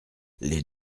les